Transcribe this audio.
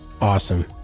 Awesome